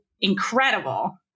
incredible